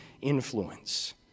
influence